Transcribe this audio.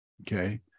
Okay